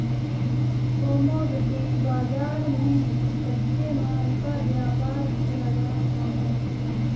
commodity बाजार में कच्चे माल का व्यापार किया जाता है